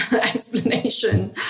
explanation